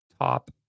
top